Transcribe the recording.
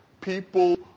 people